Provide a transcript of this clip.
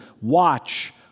watch